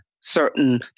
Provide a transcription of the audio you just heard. certain